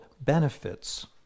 benefits